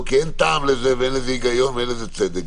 כי אין טעם לזה ואין לזה היגיון ואין בזה צדק,